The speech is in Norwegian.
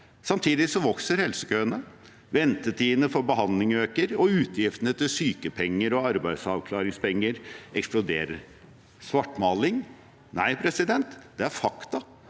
Samtidig vokser helsekøene, ventetidene for behandling øker, og utgiftene til sykepenger og arbeidsavklaringspenger eksploderer. Svartmaling? Nei, dette er fakta,